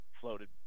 floated